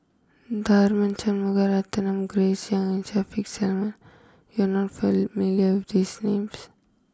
Tharman Shanmugaratnam Grace young and Shaffiq Selamat you are not familiar these names